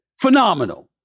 Phenomenal